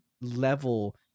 level